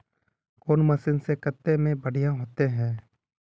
कौन मशीन से कते में बढ़िया होते है?